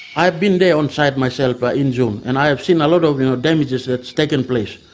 i've been there onsite myself, but in june. and i have seen a lot of you know damages that's takenn place.